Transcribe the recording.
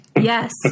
Yes